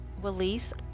release